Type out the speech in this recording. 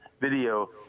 video